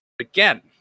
again